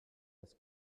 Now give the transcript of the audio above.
das